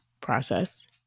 process